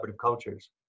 cultures